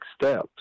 steps